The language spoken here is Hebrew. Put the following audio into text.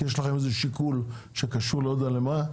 יש לכם איזשהו שיקול שקשור לא יודע למה,